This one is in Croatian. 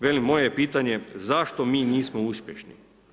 Velim, moje je pitanje zašto mi nismo uspješni?